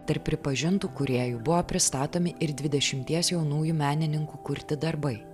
tarp pripažintų kūrėjų buvo pristatomi ir dvidešimties jaunųjų menininkų kurti darbai